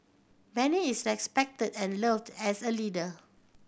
Benny is respected and loved as a leader